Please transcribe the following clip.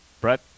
Brett